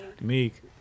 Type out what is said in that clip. Meek